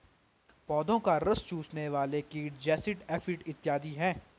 पौधों का रस चूसने वाले कीट जैसिड, एफिड इत्यादि हैं